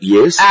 Yes